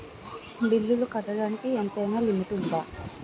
బిల్లులు కట్టడానికి ఎంతైనా లిమిట్ఉందా?